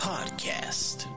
Podcast